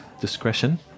discretion